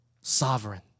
sovereign